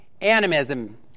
Animism